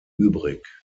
übrig